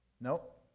Nope